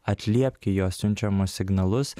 atliepk į jo siunčiamus signalus